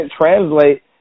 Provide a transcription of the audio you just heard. translate